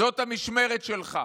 זאת המשמרת שלך.